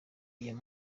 iyo